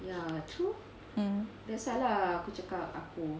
mm